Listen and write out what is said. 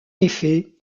effet